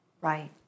Right